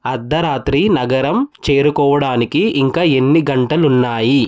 అర్ధరాత్రి నగరం చేరుకోవడానికి ఇంకా ఎన్ని గంటలున్నాయి